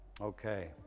Okay